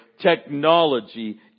technology